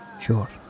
Sure